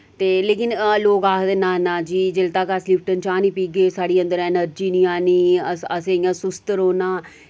ते लेकिन लोक आखदे ना ना जी जेल्लै तक अस लिप्टन चा निं पीह्गे साढ़ी अंदर एनर्जी नेईं आना अस अस इ'यां सुस्त रोह्ना